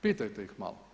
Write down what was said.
Pitajte ih malo.